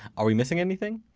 are we missing anything?